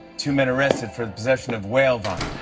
two men arrested for the possession of whale vomit.